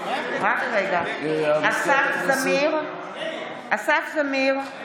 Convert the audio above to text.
(קוראת בשם חבר הכנסת) אסף זמיר, נגד